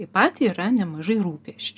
taip pat yra nemažai rūpesčių